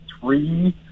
three